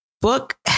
book